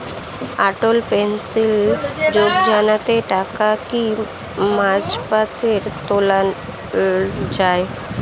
অটল pension যোজনাতে টাকা কি মাঝপথে তোলা যায়?